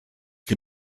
can